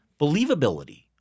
believability